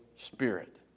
Spirit